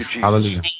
Hallelujah